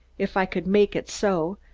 if i could make it so,